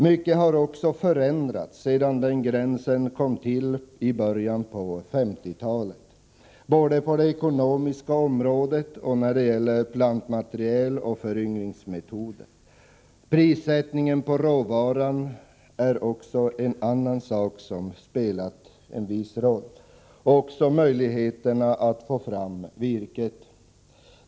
Mycket har också förändrats sedan den gränsen kom till i början av 1950-talet, både på det ekonomiska området och när det gäller plantmaterial och föryngringsmetoder. Prissättningen på råvaran är en annan sak som spelat en viss roll, liksom möjligheterna att få fram virket.